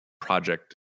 project